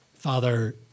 Father